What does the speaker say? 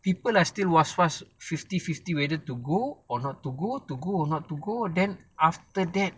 people are still was-was fifty fifty whether to go or not to go to go or not to go then after that